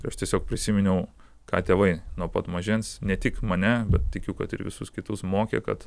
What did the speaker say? ir aš tiesiog prisiminiau ką tėvai nuo pat mažens ne tik mane bet tikiu kad ir visus kitus mokė kad